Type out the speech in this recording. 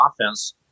offense